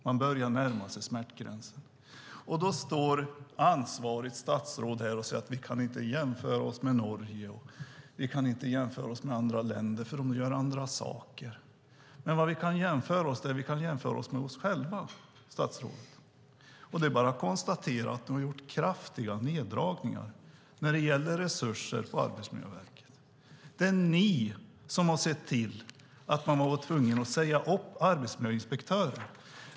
De börjar närma sig smärtgränsen, och ansvarigt statsråd står här och säger att vi inte kan jämföra oss med Norge och andra länder, för de gör andra saker. Vad vi kan göra är att jämföra med oss själva, statsrådet, och då kan vi konstatera att det gjorts kraftiga neddragningar av resurserna till Arbetsmiljöverket. Det är ni, Hillevi Engström, som sett till att de varit tvungna att säga upp arbetsmiljöinspektörer.